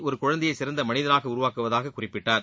ஒரு குழந்தையை சிறந்த மனிதனாக உருவாக்குவதாக குறிப்பிட்டார்